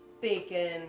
bacon